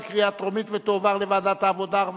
לדיון מוקדם בוועדה שתקבע